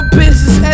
business